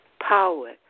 power